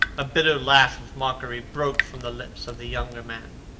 a bitter laugh of mockery broke from the lips of the younger man.